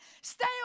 Stay